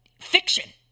fiction